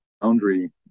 boundary